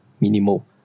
minimal